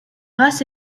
race